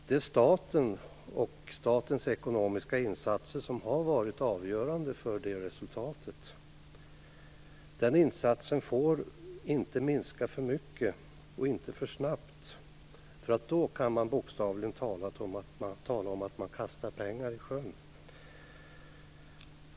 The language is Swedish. Det är staten och statens ekonomiska insatser som har varit avgörande för det resultatet. Den insatsen får inte minskas för mycket och för snabbt. Då kan man bokstavligen tala om att man kastar pengar i sjön.